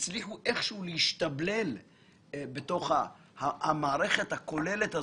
איכשהו להשתבלל בתוך המערכת הכוללת הזאת.